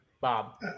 Bob